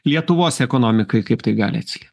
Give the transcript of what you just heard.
lietuvos ekonomikai kaip tai gali atsilie